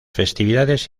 festividades